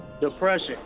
Depression